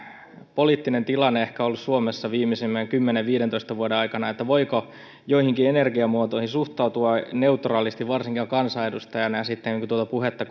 poliittinen tilanne ehkä ollut viimeisimpien kymmenen viiva viidentoista vuoden aikana että voiko joihinkin energiamuotoihin suhtautua neutraalisti varsinkaan kansanedustajana ja sitten kun tuota puhetta